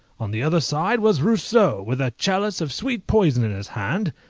on the other side was rousseau, with a chalice of sweet poison in his hand,